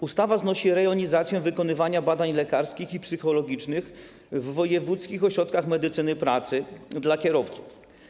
Ustawa znosi rejonizację wykonywania badań lekarskich i psychologicznych w wojewódzkich ośrodkach medycyny pracy dla kierowców.